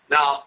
Now